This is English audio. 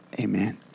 Amen